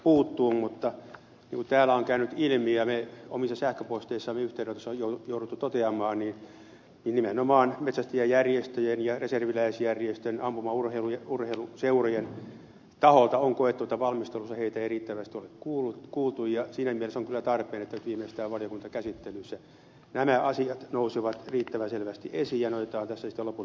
niin kuin täällä on käynyt ilmi ja me omiin sähköposteihimme tulleista yhteydenotoista olemme joutuneet toteamaan nimenomaan metsästäjäjärjestöjen ja reserviläisjärjestön ampumaurheiluseurojen taholta on koettu että valmistelussa heitä ei riittävästi ole kuultu ja siinä mielessä on kyllä tarpeen että viimeistään valiokuntakäsittelyssä nämä asiat nousevat riittävän selvästi esiin ja ne otetaan sitten lopullisessa lainsäädännössä huomioon